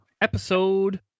episode